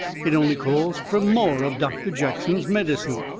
it only calls fur more of doctor jackson's medicine.